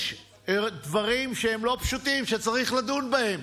יש דברים לא פשוטים שצריך לדון בהם.